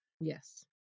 Yes